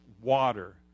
water